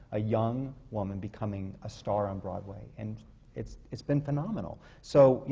a young woman becoming a star on broadway. and it's it's been phenomenal. so, you